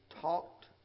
talked